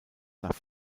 nach